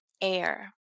air